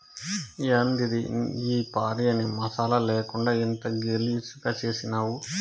యాందిది ఈ భార్యని మసాలా లేకుండా ఇంత గలీజుగా చేసినావ్